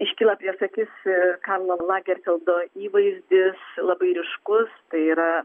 iškilo prieš akis ir karlo lagerfyldo įvaizdis labai ryškus tai yra